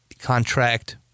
Contract